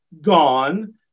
gone